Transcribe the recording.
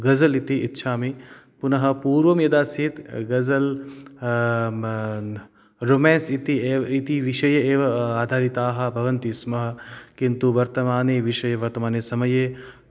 गज़ल् इति इच्छामि पुनः पूर्वं यदासीत् गज़ल् रोमेन्स् इति एव इति विषये एव आधारिताः भवन्ति स्म किन्तु वर्तमाने विषये वर्तमाने समये